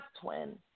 twin